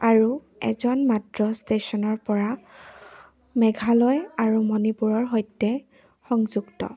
আৰু এজন মাত্ৰ ষ্টেশ্যনৰ পৰা মেঘালয় আৰু মণিপুৰৰ সৈতে সংযুক্ত